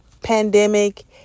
Pandemic